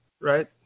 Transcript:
right